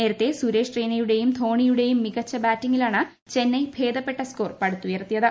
നേരത്തെ സുരേഷ് റെയ്നയുടെയും ധോണിയുടെയും മികച്ച ബാറ്റിംഗിലാണ് ചൈന്നെ ഭേദപ്പെട്ട സ്കോർ പടുത്തുയർത്തിയത്